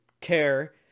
care